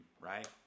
right